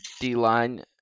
D-line